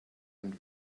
and